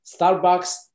Starbucks